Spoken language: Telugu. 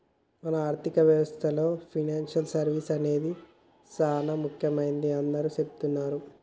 మన ఆర్థిక వ్యవస్థలో పెనాన్సియల్ సర్వీస్ అనేది సానా ముఖ్యమైనదని అందరూ సెబుతున్నారు